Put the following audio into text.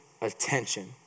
attention